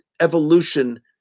evolution